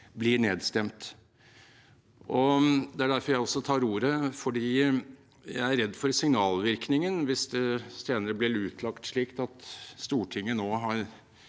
blir nedstemt. Det er derfor jeg også tar ordet, for jeg er redd for signalvirkningen hvis det senere blir utlagt slik at Stortinget nå